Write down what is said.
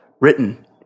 Written